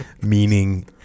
Meaning